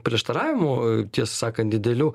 prieštaravimų e tiesą sakant didelių